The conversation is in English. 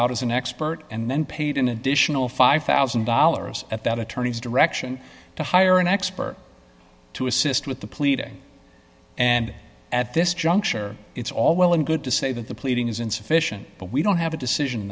out as an expert and then paid an additional five thousand dollars at that attorney's direction to hire an expert to assist with the pleading and at this juncture it's all well and good to say that the pleading is insufficient but we don't have a decision